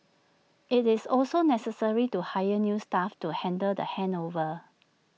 IT is also necessary to hire new staff to handle the handover